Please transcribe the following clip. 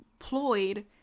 employed